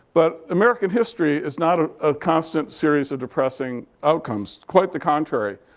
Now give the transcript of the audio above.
but american history is not ah a constant series of depressing outcomes, quite the contrary.